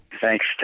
Thanks